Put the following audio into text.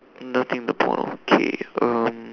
nothing in the pond okay